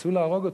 רצו להרוג אותנו,